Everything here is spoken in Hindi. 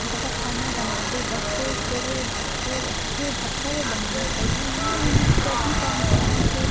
तथा खाना बनाते वक़्त सिर ढक के सिर ढक कर बनाना चाहिए ये इन सभी परम्पराओं से